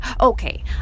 Okay